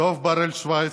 דב ברל שוייגר,